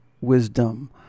wisdom